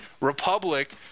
republic